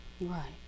Right